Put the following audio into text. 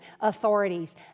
authorities